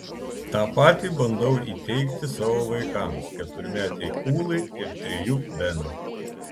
tą patį bandau įteigti savo vaikams keturmetei ūlai ir trejų benui